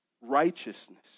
righteousness